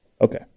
Okay